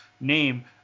name